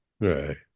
Right